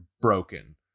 broken